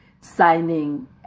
signing